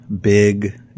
big